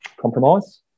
compromise